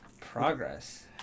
progress